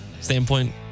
standpoint